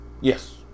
Yes